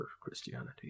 Christianity